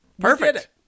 Perfect